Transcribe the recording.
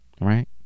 Right